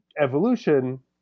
evolution